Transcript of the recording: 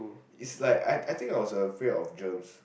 it's like I I think I was afraid of germs